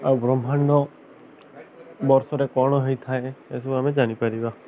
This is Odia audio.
ଆଉ ବ୍ରହ୍ମାଣ୍ଡ ବର୍ଷରେ କ'ଣ ହେଇଥାଏ ଏସବୁ ଆମେ ଜାଣିପାରିବା